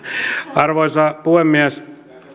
arvoisa puhemies